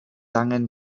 angen